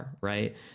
right